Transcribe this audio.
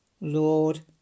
Lord